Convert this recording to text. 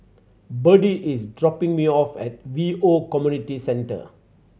Birdie is dropping me off at Hwi Yoh Community Centre